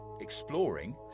Exploring